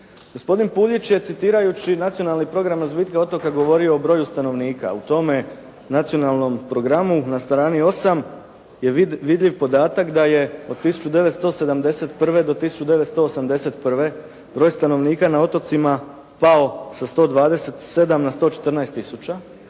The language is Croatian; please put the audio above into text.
Gospodin Puljić je citirao Nacionalni program o razvitku otoka govorio o broju stanovnika u tome Nacionalnom programu na strani 8 je vidljiv podatak da je od 1971. do 1981. broj stanovnika na otocima pao na 127 na 114 tisuća,